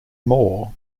more